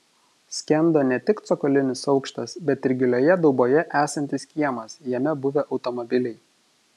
skendo ne tik cokolinis aukštas bet ir gilioje dauboje esantis kiemas jame buvę automobiliai